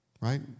right